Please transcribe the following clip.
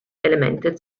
elementen